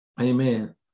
Amen